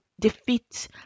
defeat